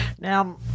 now